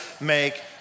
make